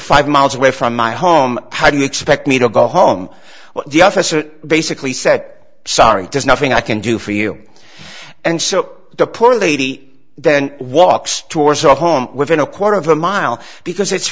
five miles away from my home how do you expect me to go home while the officer basically said sorry there's nothing i can do for you and so the poor lady then walks towards the home within a quarter of a mile because it's